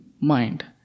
mind